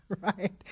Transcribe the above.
Right